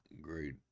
great